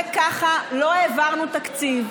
וככה לא העברנו תקציב.